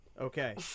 Okay